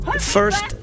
first